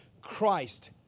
Christ